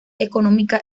económica